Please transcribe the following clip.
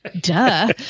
duh